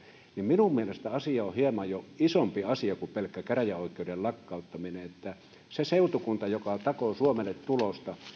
minun mielestäni asia on jo hieman isompi asia kuin pelkkä käräjäoikeuden lakkauttaminen se seutukunta joka takoo suomelle tulosta